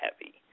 heavy